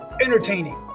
entertaining